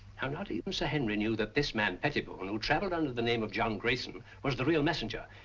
now not even sir henry knew that this man, pettibone, who traveled under the name of john grayson, was the real messenger.